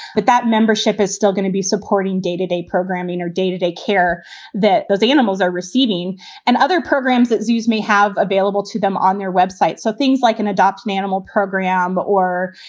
but that membership is still going to be supporting day to day programming or day to day care that those animals are receiving and other programs at zoos may have available to them on their web site so things like an adoption animal program or,